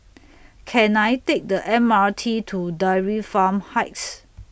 Can I Take The M R T to Dairy Farm Heights